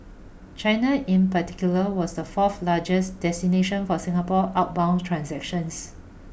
China in particular was the fourth largest destination for Singapore outbound transactions